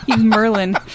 Merlin